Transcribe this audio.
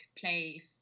play